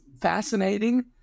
fascinating